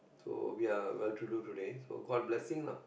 so we are well to do today so god blessing lah